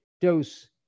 dose